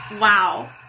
wow